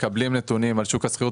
מקבלים נתונים על שוק השכירות,